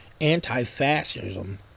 Anti-fascism